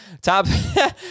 Top